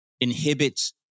inhibits